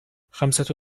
خمسة